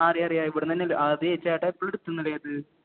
ആ അറിയാം അറിയാം ഇവിടുന്ന് തന്നെയല്ലേ അതെ ചേട്ടാ എപ്പോളാണ് എടുത്തത് ഇന്നലെയത്